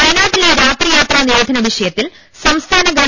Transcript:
വയനാട്ടിലെ രാത്രി യാത്രാ നിരോധന് വിഷയത്തിൽ സംസ്ഥാന ഗവ